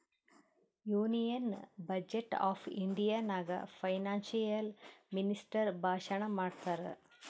union budget of India ನಾಗ್ financial minister ಭಾಷಣ್ ಮಾಡ್ತಾರ್